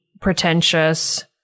pretentious